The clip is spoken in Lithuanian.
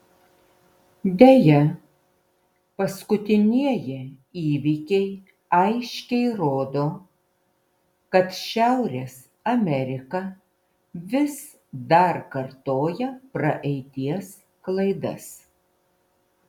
deja paskutinieji įvykiai aiškiai rodo kad šiaurės amerika vis dar kartoja praeities klaidas